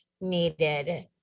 needed